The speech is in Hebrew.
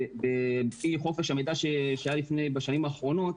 לפי חופש המידע שהיה בשנים האחרונות,